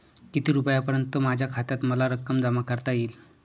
किती रुपयांपर्यंत माझ्या खात्यात मला रक्कम जमा करता येईल?